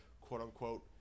quote-unquote